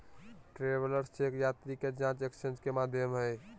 travellers cheque यात्री के जांच एक्सचेंज के माध्यम हइ